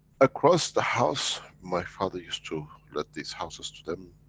across the house, my father used to let these houses to them,